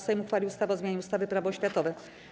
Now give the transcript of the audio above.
Sejm uchwalił ustawę o zmianie ustawy - Prawo oświatowe.